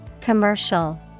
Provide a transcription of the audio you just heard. commercial